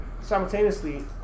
simultaneously